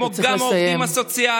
כמו גם את העובדים הסוציאליים,